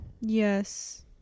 Yes